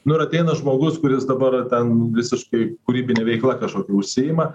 nu ir ateina žmogus kuris dabar ten visiškai kūrybine veikla kažkokia užsiima